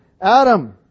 Adam